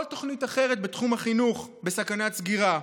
תוכנית אחרת בתחום החינוך בסכנת סגירה.